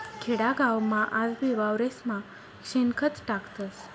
खेडागावमा आजबी वावरेस्मा शेणखत टाकतस